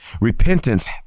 repentance